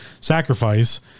sacrifice